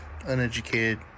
Uneducated